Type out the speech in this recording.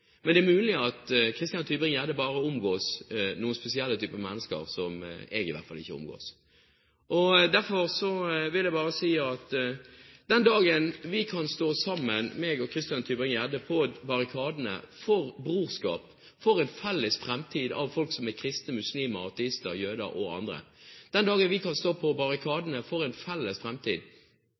Men det er mulig at Christian Tybring-Gjedde bare omgås noen spesielle typer mennesker som i hvert fall ikke jeg omgås. Derfor vil jeg bare si at den dagen vi kan stå sammen, Christian Tybring-Gjedde og jeg, på barrikadene for brorskap, for en felles framtid av folk som er kristne, muslimer, ateister, jøder og andre, den dagen vi kan stå på barrikadene for en felles